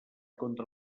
contra